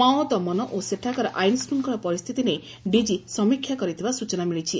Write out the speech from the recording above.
Mao ଦମନ ଓ ସେଠାକାର ଆଇନ ଶୃଙ୍ଖଳା ପରିସ୍ଥିତି ନେଇ ଡିକି ସମୀକ୍ଷା କରିଥିବା ସ୍ଟଚନା ମିଳିଛି